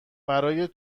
برای